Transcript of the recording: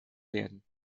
werden